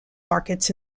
markets